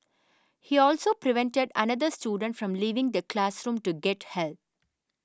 he also prevented another student from leaving the classroom to get help